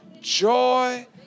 Joy